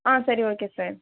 ஆ சரி okay sir